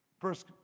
First